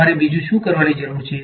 તમારે બીજું શું કરવાની જરૂર છે